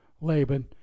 Laban